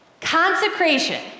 Consecration